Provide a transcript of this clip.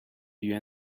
you